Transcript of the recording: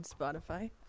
Spotify